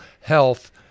health